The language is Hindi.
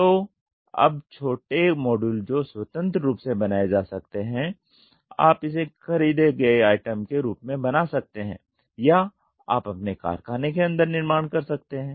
तो अब छोटे मॉड्यूल जो स्वतंत्र रूप से बनाए जा सकते हैं आप इसे खरीदे गए आइटम के रूप में बना सकते हैं या आप अपने कारखाने के अंदर निर्माण कर सकते हैं